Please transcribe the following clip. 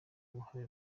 uruhare